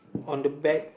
on the back